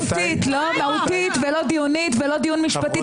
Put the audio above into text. תדברי מהותית, לא דיונית ולא דיון משפטי.